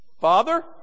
Father